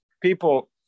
people